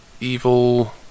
evil